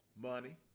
Money